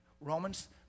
Romans